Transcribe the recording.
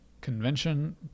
convention